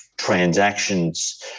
Transactions